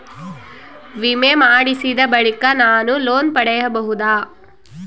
ವಿಮೆ ಮಾಡಿಸಿದ ಬಳಿಕ ನಾನು ಲೋನ್ ಪಡೆಯಬಹುದಾ?